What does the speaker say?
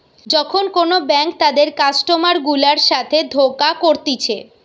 যখন কোন ব্যাঙ্ক তাদের কাস্টমার গুলার সাথে ধোকা করতিছে